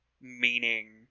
meaning